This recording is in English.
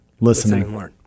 listening